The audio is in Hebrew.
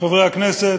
חברי הכנסת,